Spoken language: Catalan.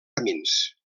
camins